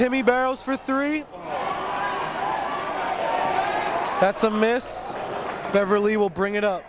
to me barrels for three that's a miss beverly will bring it up